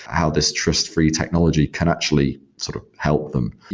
how this trust-free technology can actually sort of help them.